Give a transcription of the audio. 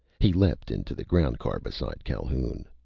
he leaped into the ground car beside calhoun.